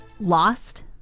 Lost